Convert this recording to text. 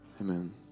amen